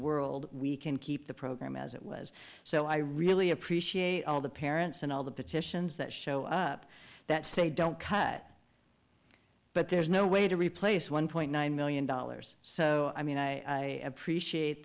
world we can keep the program as it was so i really appreciate all the parents and all the petitions that show up that say don't cut but there's no way to replace one point nine million dollars so i mean i